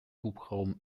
hubraum